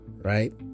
Right